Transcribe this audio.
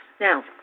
Now